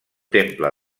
temple